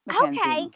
Okay